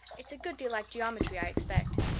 it's a good deal like geometry, i expect.